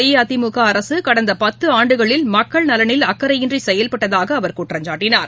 அஇஅதிமுகஅரசுகடந்தபத்துஆண்டுகளில் மக்கள் நலனில் அக்கறையின்றிசெயல்பட்டதாகஅவர் குற்றம்சாட்டினார்